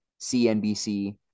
CNBC